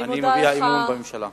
אני מביע אמון בממשלה.